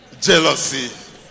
jealousy